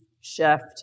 shift